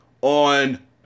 on